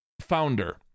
founder